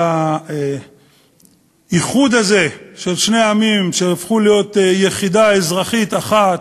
על האיחוד הזה של שני עמים שהפכו להיות יחידה אזרחית אחת,